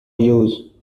use